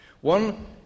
One